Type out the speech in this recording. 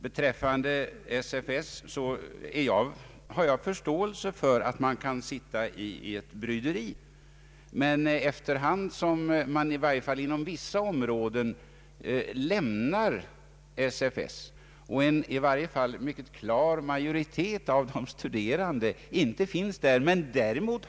Beträffande SFS har jag förståelse för att departementet kan befinna sig i ett bryderi. Efter hand har studenterna inom vissa områden lämnat SFS, och en klar majoritet av de studerande tillhör inte längre den organisationen.